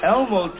Elmo